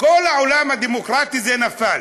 בכל העולם הדמוקרטי זה נפל,